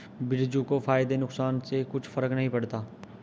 बिरजू को फायदा नुकसान से कुछ फर्क नहीं पड़ता